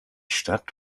stadt